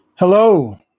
Hello